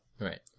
Right